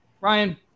Ryan